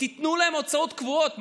תנו להם הוצאות קבועות,